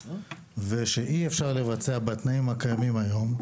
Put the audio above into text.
ושאי אפשר לבצע בתנאים הקיימים היום.